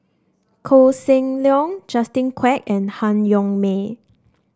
Koh Seng Leong Justin Quek and Han Yong May